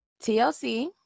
TLC